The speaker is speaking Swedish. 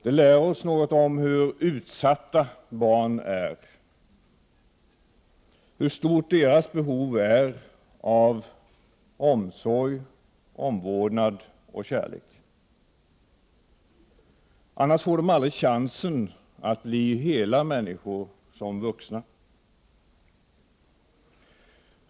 Det lär oss något om hur utsatta barn är, hur stort deras behov är av omsorg, omvårdnad och kärlek. Annars får de aldrig chansen att bli hela människor som vuxna.